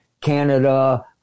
Canada